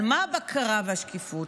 על מה הבקרה והשקיפות?